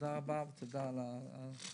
תודה רבה ותודה על הדיון.